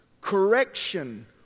correction